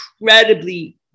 incredibly